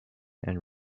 and